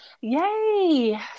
Yay